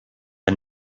the